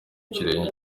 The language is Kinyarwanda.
kirenge